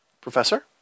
Professor